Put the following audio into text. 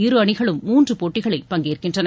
இரு அணிகளும் மூன்று போட்டிகளில் பங்கேற்கின்றன